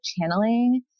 channeling